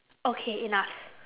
okay enough